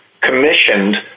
commissioned